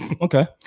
Okay